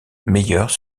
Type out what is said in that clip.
meilleure